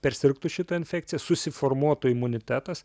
persirgtų šita infekcija susiformuotų imunitetas